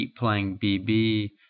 keepplayingbb